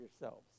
yourselves